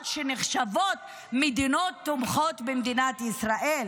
שנחשבות מדינות תומכות במדינת ישראל,